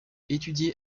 étudié